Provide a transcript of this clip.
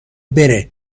بره